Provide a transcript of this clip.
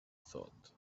thought